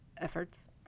efforts